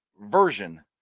version